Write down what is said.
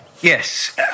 Yes